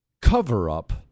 cover-up